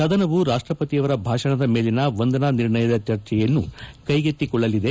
ಸದನವು ರಾಷ್ಷಪತಿಯವರ ಭಾಷಣದ ಮೇಲಿನ ವಂದನಾ ನಿರ್ಣಯದ ಚರ್ಚೆಯನ್ನು ಕೈಗೆತ್ತಿಕೊಳ್ಳಲಿದೆ